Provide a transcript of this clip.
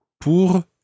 pour